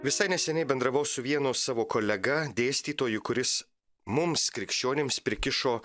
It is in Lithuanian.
visai neseniai bendravau su vienu savo kolega dėstytoju kuris mums krikščionims prikišo